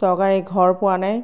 চৰকাৰী ঘৰ পোৱা নাই